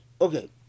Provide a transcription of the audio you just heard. Okay